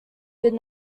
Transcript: did